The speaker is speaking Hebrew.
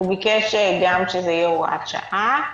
הוא גם ביקש שזה יהיה הוראת שעה.